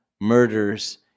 murders